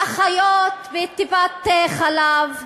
האחיות בטיפת-חלב,